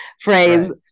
phrase